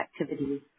activities